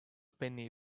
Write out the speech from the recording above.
penny